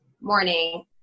morning